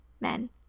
men